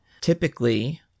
typically